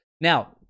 Now